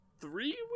three